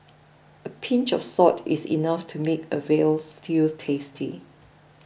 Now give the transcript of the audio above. a pinch of salt is enough to make a Veal Stew tasty